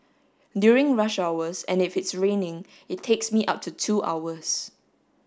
during rush hours and if it's raining it takes me up to two hours